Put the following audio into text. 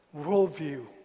worldview